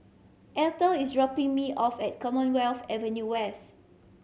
Eathel is dropping me off at Commonwealth Avenue West